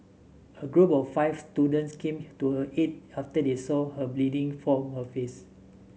a group of five students came to her aid after they saw her bleeding from her face